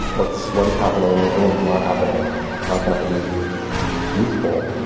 what's what is happening and what is not happening and how can i be useful?